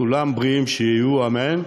כולם בריאים שיהיו, אמן,